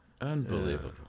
unbelievable